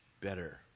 better